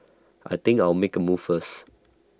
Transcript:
I think I'll make A move first